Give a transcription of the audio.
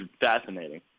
fascinating